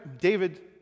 David